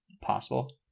possible